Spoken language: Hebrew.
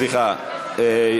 סליחה,